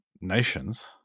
Nations